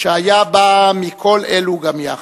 שהיה בה מכל אלו גם יחד.